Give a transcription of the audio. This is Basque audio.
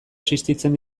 existitzen